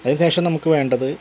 അതിന് ശേഷം നമുക്ക് വേണ്ടത്